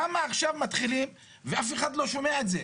למה עכשיו מתחילים ואף אחד לא שומע את זה,